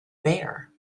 bear